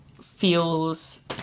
feels